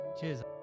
Cheers